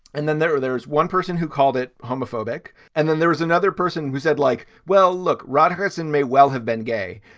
and then there are there's one person who called it homophobic. and then there was another person who said like, well, look, rod harrison may well have been gay,